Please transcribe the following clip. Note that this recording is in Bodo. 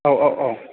औ औ औ